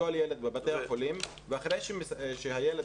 לכל ילד בבתי החולים, ואחרי שהילד